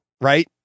right